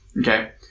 Okay